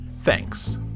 Thanks